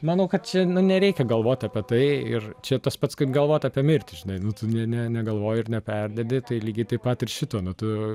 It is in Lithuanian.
manau kad čia nu nereikia galvoti apie tai ir čia tas pats kaip galvoti apie mirtį jei tu ne ne negalvoji ir neperdedi tai lygiai taip pat ir šito nu tu